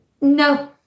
No